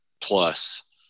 plus